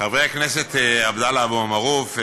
חברי הכנסת עבדאללה אבו מערוף,